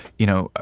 you know,